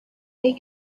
they